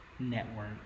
Network